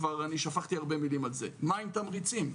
מה עם תמריצים?